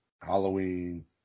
Halloween